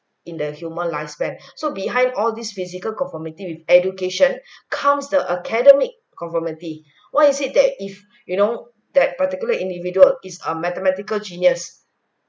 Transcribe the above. in the human lifespan so behind all these physical conformity with education comes the academic conformity why is it that if you know that particular individual is a mathematical genius